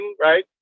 right